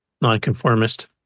Nonconformist